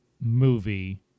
movie